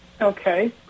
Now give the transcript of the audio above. Okay